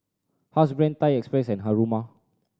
Housebrand Thai Express and Haruma